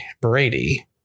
Brady